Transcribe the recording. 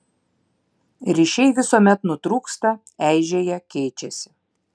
ryšiai visuomet nutrūksta eižėja keičiasi